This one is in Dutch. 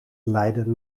leiden